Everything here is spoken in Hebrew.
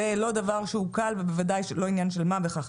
זה לא דבר שהוא קל והוא לא עניין של מה בכך.